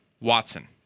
Watson